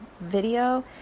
video